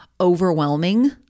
overwhelming